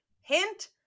Hint